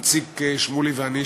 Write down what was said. איציק שמולי ואני,